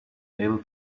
able